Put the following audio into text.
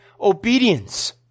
obedience